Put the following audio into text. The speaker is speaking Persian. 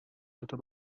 دوتا